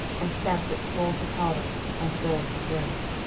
and stamped it small to powder, and burned the grove.